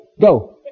go